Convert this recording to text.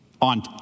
on